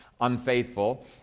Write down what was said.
unfaithful